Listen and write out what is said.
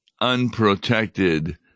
unprotected